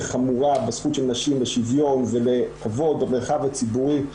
חמורה בזכות של נשים לשוויון ולכבוד במרחב הציבורי.